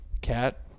Cat